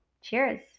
Cheers